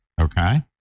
Okay